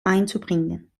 einzubringen